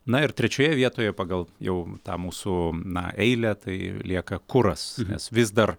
na ir trečioje vietoje pagal jau tą mūsų na eilę tai lieka kuras nes vis dar